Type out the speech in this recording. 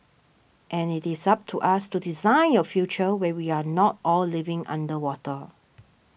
and it is up to us to design a future where we are not all living underwater